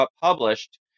published